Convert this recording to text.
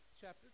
chapter